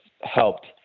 helped